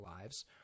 lives